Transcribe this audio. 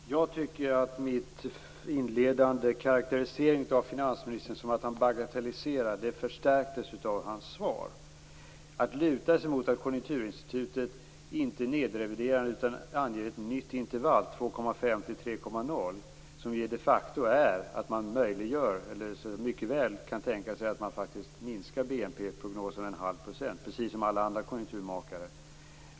Fru talman! Jag tycker att min inledande karakterisering av finansministern, som att han bagatelliserar, förstärktes av hans svar. Han lutar sig mot att Konjunkturinstitutet inte nedreviderar utan anger ett nytt intervall på 2,5-3 %, som de facto gör att man mycket väl kan tänka sig att minska BNP-prognoserna med 0,5 %, precis som alla andra konjunkturmakare.